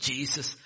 Jesus